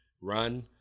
run